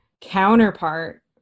counterpart